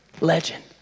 legend